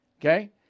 Okay